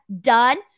done